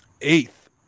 eighth